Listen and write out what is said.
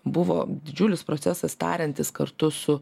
buvo didžiulis procesas tariantis kartu su